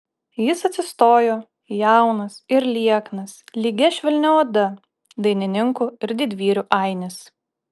jis atsistojo jaunas ir lieknas lygia švelnia oda dainininkų ir didvyrių ainis